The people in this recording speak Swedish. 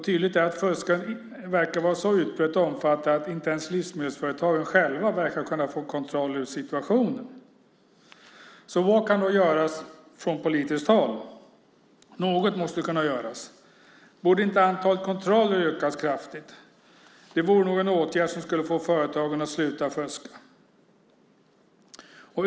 Tydligt är också att fusket verkar vara så utbrett och omfattande att inte ens livsmedelsföretagen själva verkar kunna få kontroll över situationen. Vad kan då göras från politiskt håll? Något måste kunna göras. Borde inte antalet kontroller ökas kraftigt? Det vore nog en åtgärd som skulle få företagen att sluta fuska.